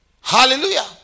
Hallelujah